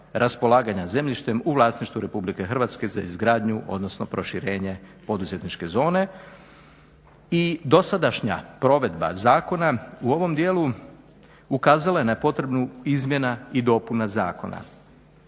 raspolaganja zemljištem u vlasništvu Republike Hrvatske za izgradnju odnosno proširenje poduzetničke zone i dosadašnja provedba zakona u ovom dijelu ukazala je na potrebu izmjena i dopuna zakona